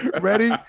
Ready